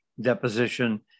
deposition